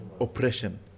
oppression